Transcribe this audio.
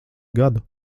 gadu